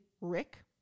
Rick